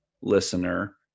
listener